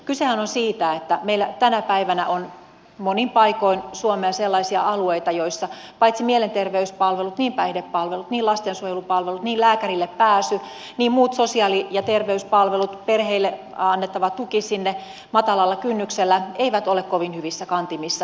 kysehän on siitä että meillä tänä päivänä on monin paikoin suomea sellaisia alueita joilla mielenterveyspalvelut päihdepalvelut lastensuojelupalvelut lääkärille pääsy muut sosiaali ja terveyspalvelut perheille annettava tuki matalalla kynnyksellä eivät ole kovin hyvissä kantimissa